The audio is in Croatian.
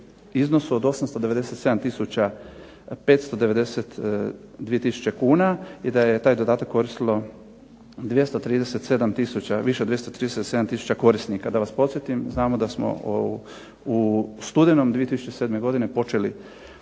iznos od 897 tisuća 592 tisuće kuna i da je taj dodatak koristilo više 237 tisuća korisnika. Da vas podsjetim, znamo da smo u studenom 2007. godine počeli isplaćivati